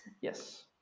Yes